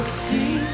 see